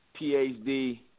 phd